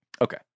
Okay